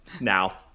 Now